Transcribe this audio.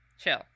chill